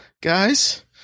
Guys